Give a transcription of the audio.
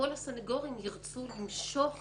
כל הסניגורים ירצו למשוך